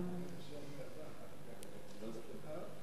כמובן.